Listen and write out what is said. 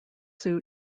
suit